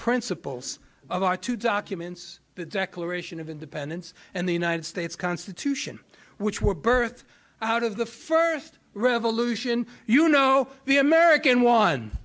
principles of our two documents the declaration of independence and the united states constitution which were birth out of the first revolution you know the american one